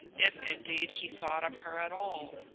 if indeed he thought of her at all.